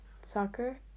soccer